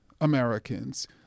Americans